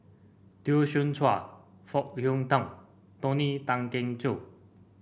Teo Soon Chuan Foo Hong Tatt Tony Tan Keng Joo